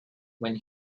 when